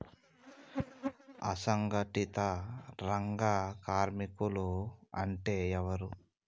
అసంఘటిత రంగ కార్మికులు అంటే ఎవలూ?